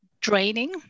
draining